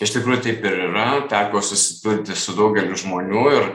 iš tikrųjų taip ir yra teko susidurti su daugeliu žmonių ir